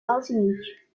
martinique